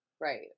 right